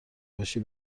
باشی